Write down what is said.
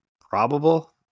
probable